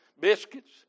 biscuits